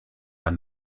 ein